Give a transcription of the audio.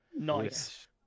nice